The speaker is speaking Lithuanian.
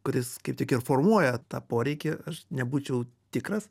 kuris kaip tik ir formuoja tą poreikį aš nebūčiau tikras